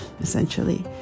essentially